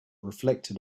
reflected